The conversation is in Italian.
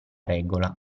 regola